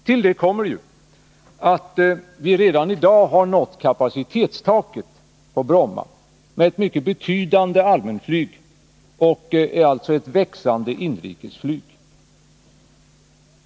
Till detta kommer ju att vi redan i dag har nått kapacitetstaket på Bromma med ett mycket betydande allmänflyg och ett växande inrikesflyg.